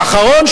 האחרון,